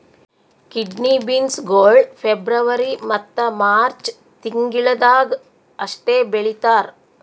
kidney beans ಗೊಳ್ February ಮತ್ತ March ತಿಂಗಿಳದಾಗ್ ಅಷ್ಟೆ ಬೆಳೀತಾರ್